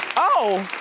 oh.